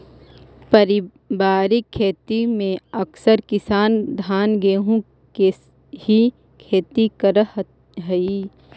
पारिवारिक खेती में अकसर किसान धान गेहूँ के ही खेती करऽ हइ